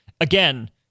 again